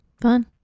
fun